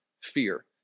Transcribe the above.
fear